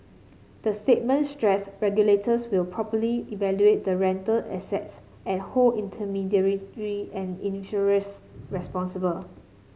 the statement stressed regulators will properly evaluate the rental assets and hold intermediary and issuers responsible